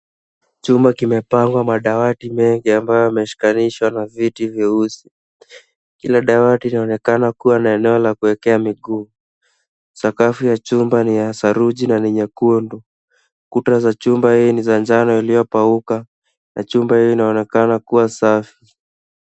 Chumba kimepangwa madawati mengi ambayo yameshikanishwa na viti vyeusi. Kila dawati inaonekana kuwa na eneo la kuekea migu. Sakafu ya chumba ni ya saruji na ni nyekundu. Kuta za chumba hii ni za njano ilio pakwa na chumba hii inaonekana kuwa safi.